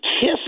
kiss